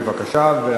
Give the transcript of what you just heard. בבקשה.